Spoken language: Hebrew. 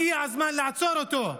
הגיע הזמן לעצור אותו.